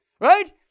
right